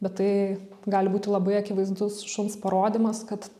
bet tai gali būti labai akivaizdus šuns parodymas kad